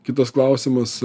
kitas klausimas